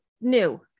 new